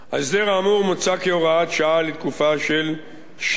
ההסדר האמור מוצע כהוראת שעה לתקופה של שנה,